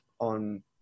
On